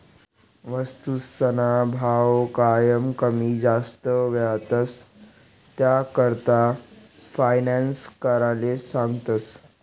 वस्तूसना भाव कायम कमी जास्त व्हतंस, त्याकरता फायनान्स कराले सांगतस